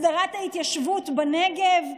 הסדרת ההתיישבות בנגב,